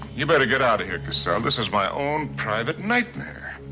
you better get out of here, caselle. this is my own private nightmare.